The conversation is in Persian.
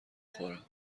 خورم